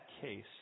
case